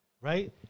Right